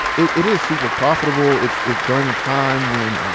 it it is super profitable. it's it's during a time when i